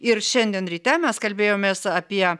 ir šiandien ryte mes kalbėjomės apie